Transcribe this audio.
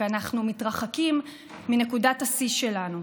כי אנחנו מתרחקים מנקודת השיא שלנו.